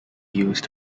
used